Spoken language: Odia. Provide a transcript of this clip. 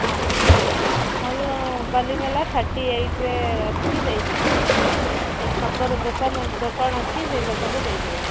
ହଁ ହେଲେ ବାଲିମେଲା ଥାର୍ଟି ଏଇଟ୍ରେ ଆସିକି ଦେଇଯିବେ ଛକରେ ଦୋକାନ ଦୋକାନ ଅଛି ସେହି ଦୋକାନରେ ଦେଇ ଯିବେ